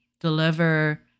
deliver